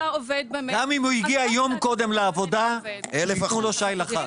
גם אם הוא הגיע יום קודם לעבודה, תנו לו שי לחג.